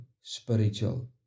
spiritual